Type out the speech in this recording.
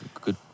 Good